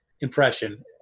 impression